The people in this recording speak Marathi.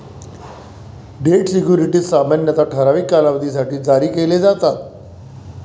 डेट सिक्युरिटीज सामान्यतः ठराविक कालावधीसाठी जारी केले जातात